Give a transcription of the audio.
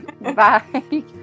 bye